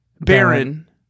Baron